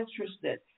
interested